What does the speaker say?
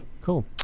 Cool